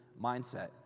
mindset